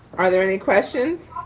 are there any questions.